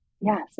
yes